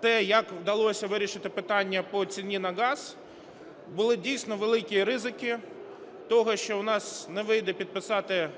те, як вдалося вирішити питання по ціні на газ, були, дійсно, великі ризики того, що у нас не вийде підписати